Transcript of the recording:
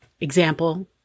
example